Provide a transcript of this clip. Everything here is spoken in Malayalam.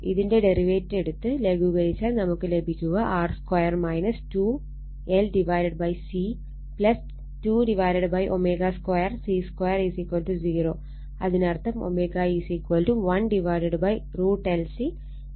ഇതിന്റെ ഡെറിവേറ്റ് എടുത്ത് ലഘൂകരിച്ചാൽ നമുക്ക് ലഭിക്കുക R 2 2 LC 2ω 2 C 20 അതിനർത്ഥം ω 1√L C √22 R 2 CL എന്നാണ്